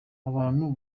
abantu